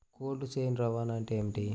Cold chain రవాణా అంటే ఏమిటీ?